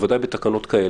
במיוחד בתקנה 3(א)(9).